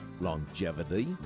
longevity